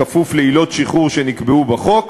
בכפוף לעילות שחרור שנקבעו בחוק.